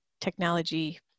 technology